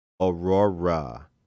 Aurora